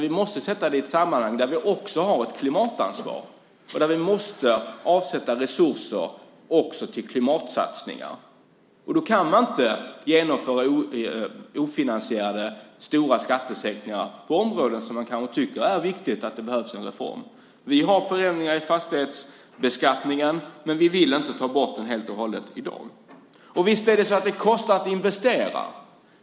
Vi måste sätta det i ett sammanhang där vi också har ett klimatansvar och där vi måste avsätta resurser till klimatsatsningar. Då kan man inte genomföra stora ofinansierade skattesänkningar på områden där man kanske tycker att det är viktigt att göra reformer. Vi vill ha förändringar i fastighetsbeskattningen, men vi vill inte ta bort den helt och hållet i dag. Visst kostar det att investera.